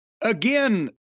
again